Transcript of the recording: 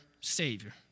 Savior